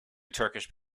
turkish